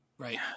Right